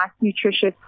nutritious